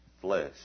Flesh